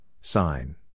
sign